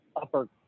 upper